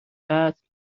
قتل